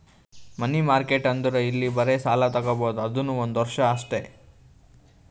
ಮನಿ market ಅಂದುರ್ ಅಲ್ಲಿ ಬರೇ ಸಾಲ ತಾಗೊಬೋದ್ ಅದುನೂ ಒಂದ್ ವರ್ಷ ಅಷ್ಟೇ